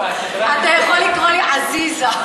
אתה יכול לקרוא לי עזיזה.